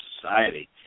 society